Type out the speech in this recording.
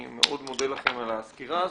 אני מאוד מודה לכם על הסקירה הזאת.